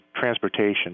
transportation